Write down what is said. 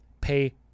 pay